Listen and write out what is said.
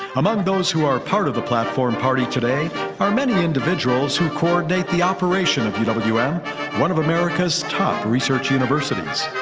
among those who are part of the platform party today are many individuals who coordinate the operation of you know but ewm, one of america's top research universities.